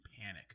panic